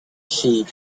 sheep